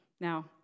Now